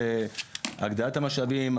זה הגדלת המשאבים,